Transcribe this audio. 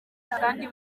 kandi